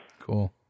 Cool